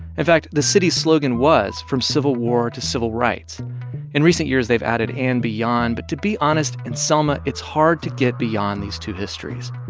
in fact, the city slogan was, from civil war to civil rights in recent years, they've added, and beyond. but to be honest, in selma, it's hard to get beyond these two histories.